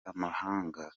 amahanga